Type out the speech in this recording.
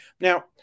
Now